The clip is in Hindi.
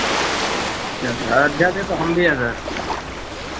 अच्छा सर अयोध्या से तो हम भी हैं सर